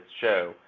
show